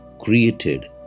created